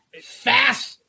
fast